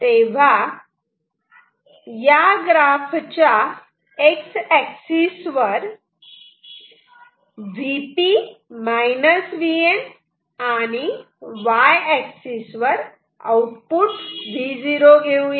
तेव्हा या ग्राफ च्या X एक्सिस वर Vp Vn आणि Y एक्सिस वर आउटपुट Vo घेऊया